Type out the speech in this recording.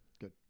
Good